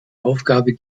aufgabe